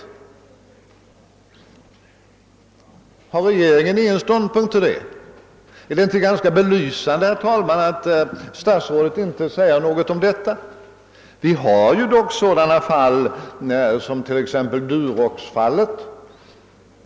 Har regeringen ingen mening om den saken? Är det inte ganska belysande att statsrådet inte säger någonting om detta? Vi kan dock peka på sådana fall som Durox.